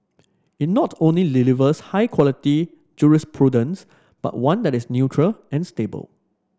it not only delivers high quality jurisprudence but one that is neutral and stable